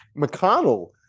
McConnell